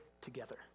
together